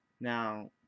now